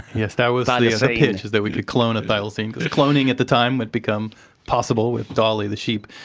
yes, that was ah the pitch, that we could clone a thylacine, because cloning at the time had become possible with dolly the sheep,